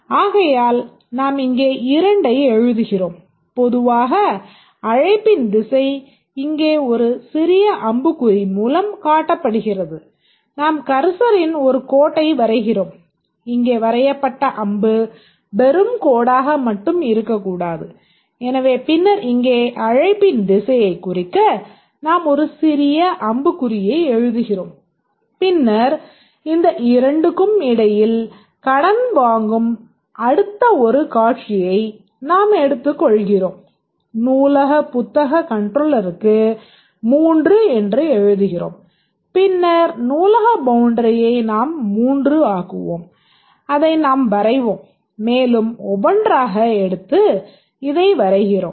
ஆகையால் நாம் இங்கே 2 ஐ எழுதுகிறோம் பொதுவாக அழைப்பின் திசை இங்கே ஒரு சிறிய அம்புக்குறி மூலம் காட்டப்படுகிறது நாம் கர்சரின் ஒரு கோட்டை வரைகிறோம் இங்கே வரையப்பட்ட அம்பு வெறும் கோடாக மட்டும் இருக்கக்கூடாது எனவே பின்னர் இங்கே அழைப்பின் திசையைக் குறிக்க நாம் ஒரு சிறிய அம்புக்குறியை எழுதுகிறோம் பின்னர் இந்த இரண்டுக்கும் இடையில் கடன் வாங்கும் அடுத்த ஒரு காட்சியை நாம் எடுத்துக்கொள்கிறோம் நூலக புத்தகக் கன்ட்ரோலருக்கு 3 என்று எழுதுகிறோம் பின்னர் நூலக பவுண்டரியை நாம் 3 ஆக்குவோம் அதை நாம் வரைவோம் மேலும் ஒவ்வொன்றாக எடுத்து இதை வரைகிறோம்